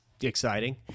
exciting